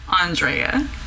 Andrea